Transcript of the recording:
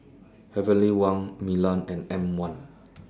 Heavenly Wang Milan and M one